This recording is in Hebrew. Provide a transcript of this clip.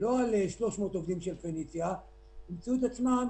לא על 300 עובדים של "פניציה" נמצא את עצמנו